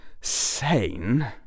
Sane